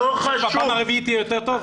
בפעם הרביעית יהיה טוב יותר?